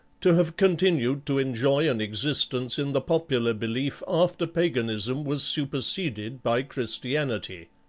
to have continued to enjoy an existence in the popular belief after paganism was superseded by christianity.